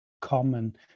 common